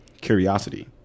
curiosity